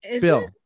Bill